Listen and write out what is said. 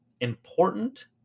important